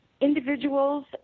individuals